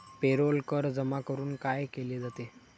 Payroll कर जमा करून काय केले जाते?